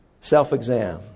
Self-exam